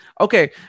okay